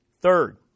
third